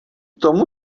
tomu